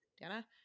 Dana